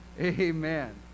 amen